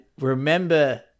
remember